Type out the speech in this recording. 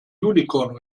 unicorn